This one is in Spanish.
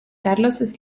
carlos